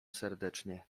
serdecznie